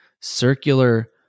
circular